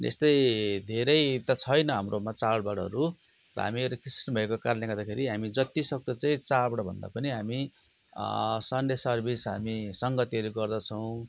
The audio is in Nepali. त्यस्तै धेरै त छैन हाम्रोमा चाडबाडहरू त हामीहरू क्रिस्चियन भएको कारणले गर्दाखेरि हामी जति सक्दो चाहिँ चाडबाड भन्दा पनि हामी सन्डे सर्भिस हामी सङ्गतीहरू गर्दछौँ